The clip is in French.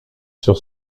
sur